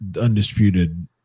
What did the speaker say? undisputed